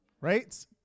right